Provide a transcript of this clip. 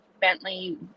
Bentley